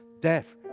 death